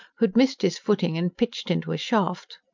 who had missed his footing and pitched into a shaft.